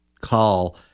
call